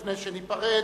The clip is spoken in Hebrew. לפני שניפרד,